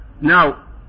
Now